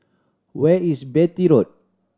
where is Beatty Road